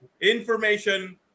information